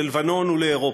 ללבנון ולאירופה?